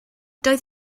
doedd